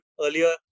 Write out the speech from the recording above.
earlier